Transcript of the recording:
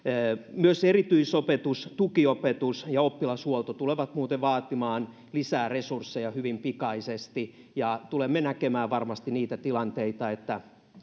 myös erityisopetus tukiopetus ja oppilashuolto tulevat muuten vaatimaan lisää resursseja hyvin pikaisesti tulemme näkemään varmasti niitä tilanteita